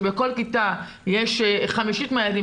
שבכל כיתה יש 1/5 מהילדים,